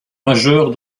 majeur